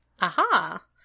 Aha